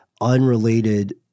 unrelated